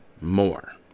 more